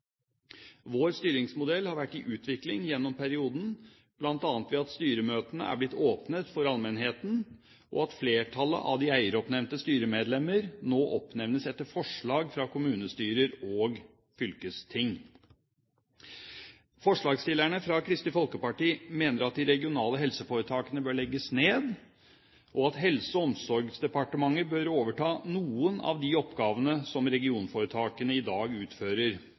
Vår styringsmodell har vært i utvikling gjennom perioden, bl.a. ved at styremøtene er blitt åpnet for allmennheten, og at flertallet av de eieroppnevnte styremedlemmer nå oppnevnes etter forslag fra kommunestyrer og fylkesting. Forslagsstillerne fra Kristelig Folkeparti mener at de regionale helseforetakene bør legges ned, og at Helse- og omsorgsdepartementet bør overta noen av de oppgavene som regionforetakene i dag utfører.